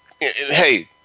Hey